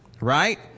right